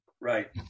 Right